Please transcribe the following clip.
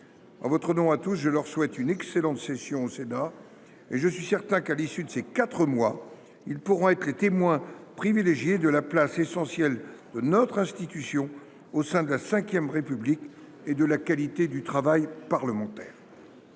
En votre nom à tous, je leur souhaite une excellente session au Sénat. Je suis certain que, à l’issue de leur mission de quatre mois, ils pourront être les témoins privilégiés de la place essentielle de notre institution au sein de la V République et de la qualité du travail parlementaire.